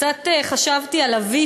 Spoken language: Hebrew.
קצת חשבתי על אבי,